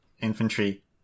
infantry